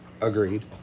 Agreed